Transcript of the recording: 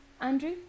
Andrew